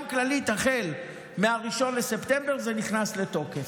גם כללית, החל מ-1 בספטמבר זה נכנס לתוקף.